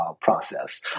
process